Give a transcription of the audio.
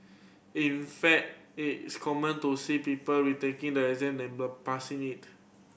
in fact it is common to see people retaking the exam number passing it